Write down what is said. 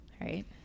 right